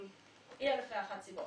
מאלף ואחת סיבות.